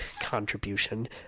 contribution